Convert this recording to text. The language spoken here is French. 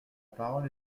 parole